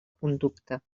conducta